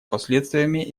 последствиями